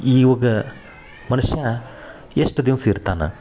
ಈವಾಗ ಮನುಷ್ಯ ಎಷ್ಟು ದಿವ್ಸ ಇರ್ತಾನೆ